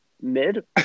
Mid